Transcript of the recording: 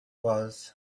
was